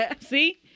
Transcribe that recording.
See